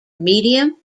medium